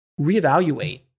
reevaluate